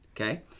Okay